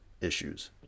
issues